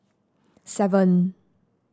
seven